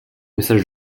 message